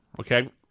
okay